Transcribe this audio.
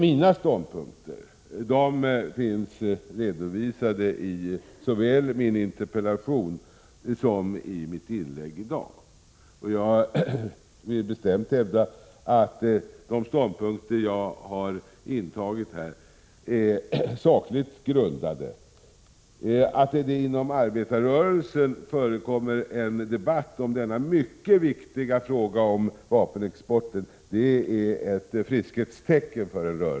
Mina ståndpunkter finns redovisade såväl i min interpellation som i mitt inlägg i dag. Jag vill bestämt hävda att de ståndpunkter jag har intagit här är sakligt grundade. Att det inom arbetarrörelsen förekommer en debatt om denna mycket viktiga fråga om vapenexporten är ett friskhetstecken.